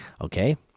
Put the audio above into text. Okay